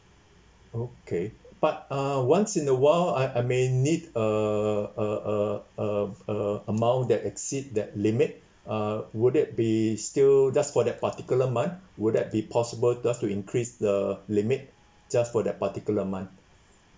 okay but uh once in a while I I may need a~ amount that exceed that limit ah would that be still just for that particular month would that be possible just to increase the limit just for that particular month